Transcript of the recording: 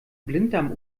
blinddarm